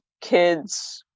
kids